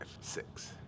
six